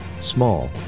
small